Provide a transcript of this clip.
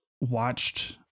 watched